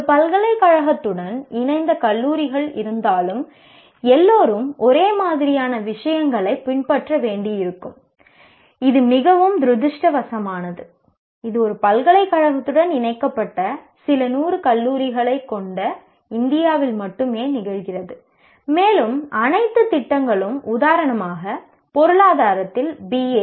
ஒரு பல்கலைக்கழகத்துடன் இணைந்த கல்லூரிகளில் இருந்தாலும் எல்லோரும் ஒரே மாதிரியான விஷயங்களைப் பின்பற்ற வேண்டியிருக்கும் இது மிகவும் துரதிர்ஷ்டவசமானது இது ஒரு பல்கலைக்கழகத்துடன் இணைக்கப்பட்ட சில நூறு கல்லூரிகளைக் கொண்ட இந்தியாவில் மட்டுமே நிகழ்கிறது மேலும் அனைத்து திட்டங்களும் உதாரணமாக பொருளாதாரத்தில் பி